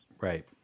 Right